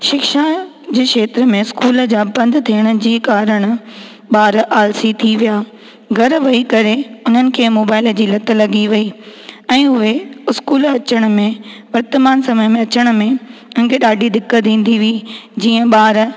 शिक्षा जे शेत्र में स्कूल जा बंदि थियण जी कारण ॿार आल्सी थी विया घरु वेही करे उन्हनि खे मोबाइल जी लत लॻी वई ऐं उहे स्कूल अचण में वर्तमान समय में अचण में उन्हनि खे ॾाढी दिक़त ईंदी हुई जीअं ॿार